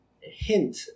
hint